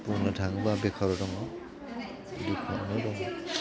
बुंनो थाङोबा बेखाराव दङ